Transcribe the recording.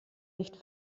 nicht